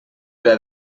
era